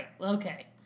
Okay